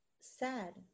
sad